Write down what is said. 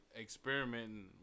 experimenting